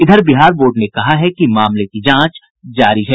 इधर बिहार बोर्ड ने कहा है कि मामले की जांच जारी है